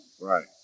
Right